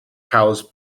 cows